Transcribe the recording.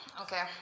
Okay